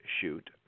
shoot